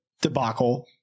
debacle